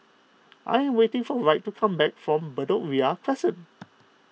I waiting for Wright to come back from Bedok Ria Crescent